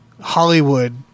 Hollywood